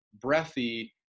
breathy